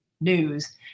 news